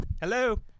Hello